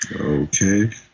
Okay